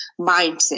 mindset